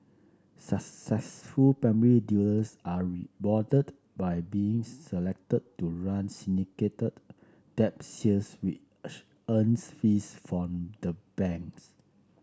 successful primary dealers are rewarded by being selected to run syndicated debt sales which earn fees for the banks